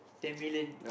ten million